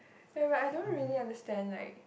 yeah but I don't really understand like